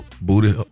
booty